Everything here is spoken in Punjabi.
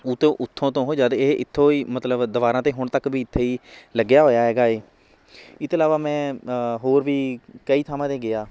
ਉਹ ਤੋਂ ਉੱਥੋਂ ਤੋਂ ਉਹ ਜਦ ਇਹ ਇੱਥੋਂ ਹੀ ਮਤਲਬ ਦੀਵਾਰਾਂ 'ਤੇ ਹੁਣ ਤੱਕ ਵੀ ਇੱਥੇ ਹੀ ਲੱਗਿਆ ਹੋਇਆ ਹੈਗਾ ਏ ਇਹ ਤੋਂ ਇਲਾਵਾ ਮੈਂ ਹੋਰ ਵੀ ਕਈ ਥਾਵਾਂ 'ਤੇ ਗਿਆ